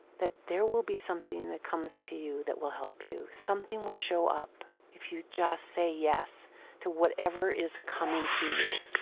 that there will be something that comes to you that will help you. something will show up if you just say yes to whatever is coming to you.